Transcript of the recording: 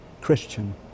Christian